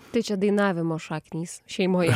tai čia dainavimo šaknys šeimoje